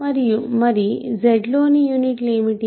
మరి Z లోని యూనిట్లు ఏమిటి